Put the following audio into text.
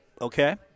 okay